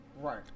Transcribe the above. right